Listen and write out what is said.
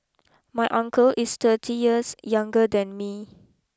my uncle is thirty years younger than me